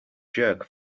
jerk